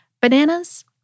bananas